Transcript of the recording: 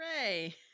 Hooray